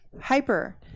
hyper